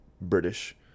British